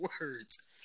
words